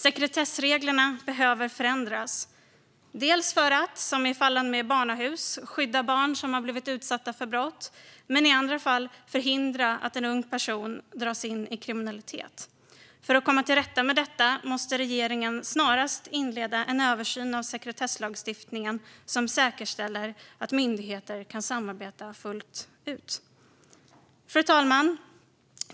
Sekretessreglerna behöver förändras - delvis för att, som i fallen med barnahusen, skydda barn som har blivit utsatta för brott, men i andra fall för att förhindra att en ung person dras in i kriminalitet. För att komma till rätta med detta måste regeringen snarast inleda en översyn av sekretesslagstiftningen som säkerställer att myndigheter kan samarbeta fullt ut. Fru talman!